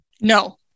No